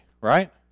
right